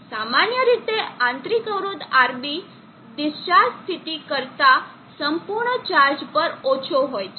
સામાન્ય રીતે આંતરિક અવરોધ RB ડિસ્ચાર્જ સ્થિતિ કરતાં સંપૂર્ણ ચાર્જ પર ઓછો હોય છે